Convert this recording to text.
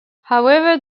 however